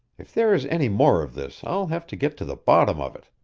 if there is any more of this, i'll have to get to the bottom of it!